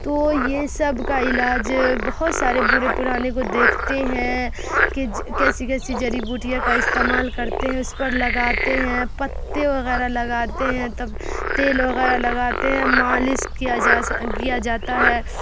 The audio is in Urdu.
تو یہ سب کا علاج بہت سارے بوڑھے پرانے کو دیکھتے ہیں کہ کیسی کیسی جڑی بوٹیاں کا استعمال کرتے ہیں اس پر لگاتے ہیں پتے وغیرہ لگاتے ہیں تب تیل وغیرہ لگاتے ہیں مالش کیا جاتا ہے